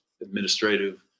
administrative